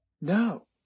No